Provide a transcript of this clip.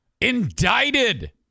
indicted